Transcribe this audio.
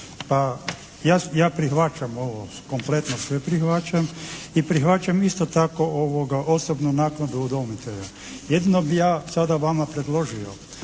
ja prihvaćam ovo kompletno sve. I prihvaćam isto tako osobnu naknadu udomitelja. Jedino bih ja sada vama predložio